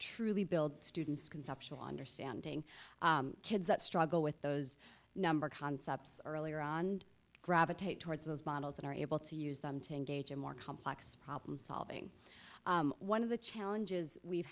truly build students conceptual understanding kids that struggle with those number concepts earlier on gravitate towards those models and are able to use them to engage in more complex problem solving one of the challenges we've